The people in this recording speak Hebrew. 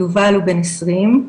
יובל הוא בן 20,